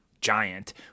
giant